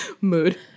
Mood